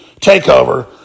takeover